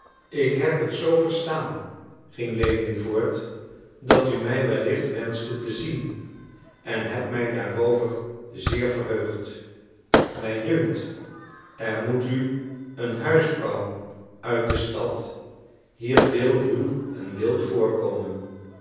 ik heb het zoo verstaan ging lewin voort dat u mij wellicht wenschte te zien en heb mij daarover zeer verheugd mij dunkt er moet u een huisvrouw uit de stad hier veel ruw en wild voorkomen